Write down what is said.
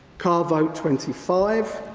card vote twenty five,